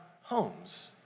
homes